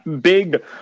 Big